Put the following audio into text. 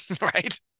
Right